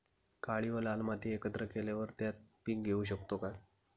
काळी व लाल माती एकत्र केल्यावर त्यात पीक घेऊ शकतो का?